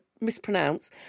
mispronounce